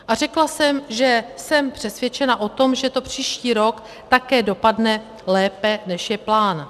A řekla jsem, že jsem přesvědčena o tom, že to příští rok také dopadne lépe, než je plán.